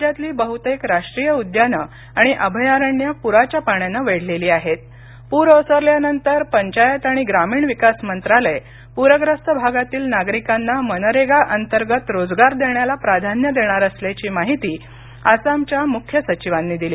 राज्यातली बहुतेक राष्ट्रीय उद्यानं आणि अभयारण्यं पुराच्या पाण्यानं वेढलेली आहेत पंचायत आणि ग्रामीण विकास मंत्रालय पूरग्रस्त भागातील नागरिकांना मनरेगा अंतर्गत रोजगार देण्याला प्राधान्य देणार असल्याची माहिती आसामच्या मुख्य सचिवांनी दिली